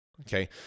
okay